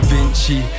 Vinci